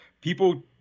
people